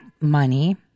Money